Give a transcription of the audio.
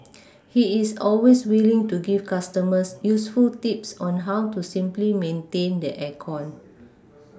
he is always willing to give customers useful tips on how to simply maintain the air con